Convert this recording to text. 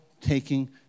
taking